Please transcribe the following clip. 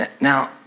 Now